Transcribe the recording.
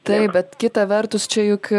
taip bet kita vertus čia juk